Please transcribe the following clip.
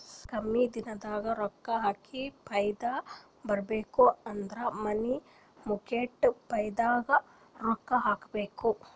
ಕಮ್ಮಿ ದಿನದಾಗ ರೊಕ್ಕಾ ಹಾಕಿ ಫೈದಾ ಬರ್ಬೇಕು ಅಂದುರ್ ಮನಿ ಮಾರ್ಕೇಟ್ ಫಂಡ್ನಾಗ್ ರೊಕ್ಕಾ ಹಾಕಬೇಕ್